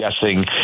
guessing